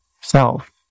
self